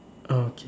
okay